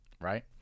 right